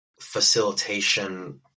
facilitation